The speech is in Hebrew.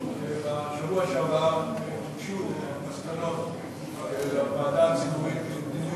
שבשבוע שעבר הוגשו מסקנות הוועדה הציבורית לבחינת